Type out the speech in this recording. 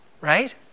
right